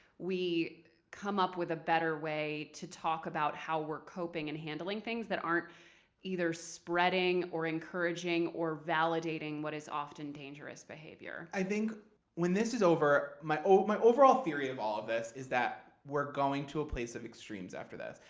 we come up with a better way to talk about how we're coping and handling things that aren't either spreading or encouraging or validating what is often dangerous behavior. i think when this is over, my overall theory of all of this is that we're going to a place of extremes after this.